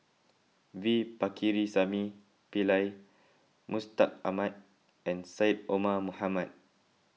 V Pakirisamy Pillai Mustaq Ahmad and Syed Omar Mohamed